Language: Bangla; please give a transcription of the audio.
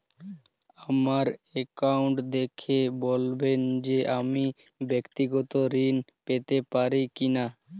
আমার অ্যাকাউন্ট দেখে বলবেন যে আমি ব্যাক্তিগত ঋণ পেতে পারি কি না?